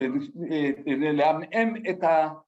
‫לעמעם את ה...